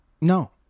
No